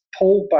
pullback